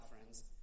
friends